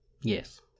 Yes